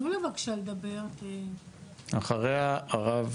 אחריה הרב